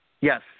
Yes